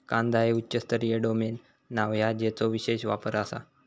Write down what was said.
कांदा हे उच्च स्तरीय डोमेन नाव हा ज्याचो विशेष वापर आसा